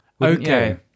okay